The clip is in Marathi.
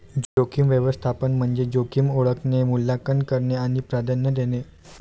जोखीम व्यवस्थापन म्हणजे जोखीम ओळखणे, मूल्यांकन करणे आणि प्राधान्य देणे